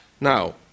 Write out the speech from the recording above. Now